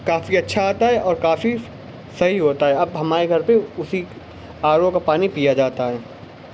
کافی اچھا آتا ہے اور کافی صحیح ہوتا ہے اب ہمارے گھر پہ اسی آر او کا پانی پیا جاتا ہے